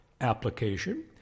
application